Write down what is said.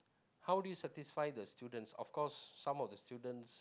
how do you satisfy the students of course some of the students